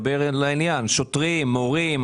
דבר לעניין, שוטרים, מורים.